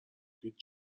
هیچ